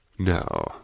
No